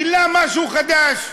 גילה משהו חדש.